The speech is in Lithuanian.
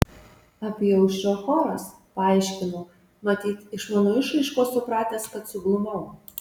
apyaušrio choras paaiškino matyt iš mano išraiškos supratęs kad suglumau